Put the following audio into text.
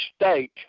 state